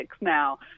now